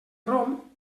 rom